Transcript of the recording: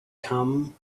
come